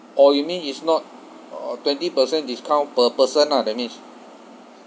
orh you mean is not uh twenty percent discount per person ah that means